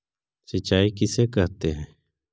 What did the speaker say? सिंचाई किसे कहते हैं?